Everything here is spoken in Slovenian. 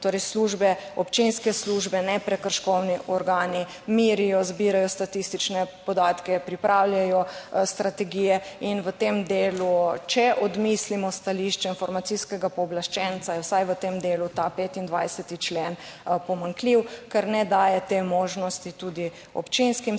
službe, občinske službe, ne prekrškovni organi, merijo, zbirajo statistične podatke, pripravljajo strategije. In v tem delu, če odmislimo stališče informacijskega pooblaščenca, je vsaj v tem delu ta 25. člen pomanjkljiv, ker ne daje te možnosti tudi občinskim službam,